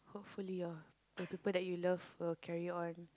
hopefully your the people that you love will carry on